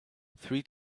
three